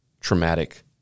traumatic